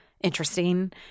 interesting